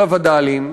של הווד"לים,